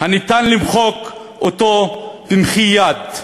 שניתן למחוק במחי יד.